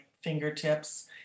fingertips